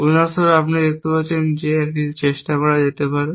উদাহরণস্বরূপ আপনি দেখতে পারেন যে এটি চেষ্টা করতে পারে